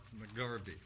McGarvey